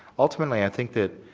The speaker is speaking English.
ultimately i think that